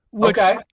Okay